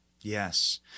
Yes